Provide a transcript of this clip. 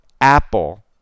Apple